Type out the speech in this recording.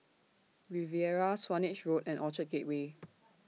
Riviera Swanage Road and Orchard Gateway